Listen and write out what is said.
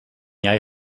jij